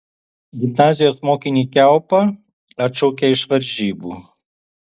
gimnazijos mokinį kiaupą atšaukė iš varžybų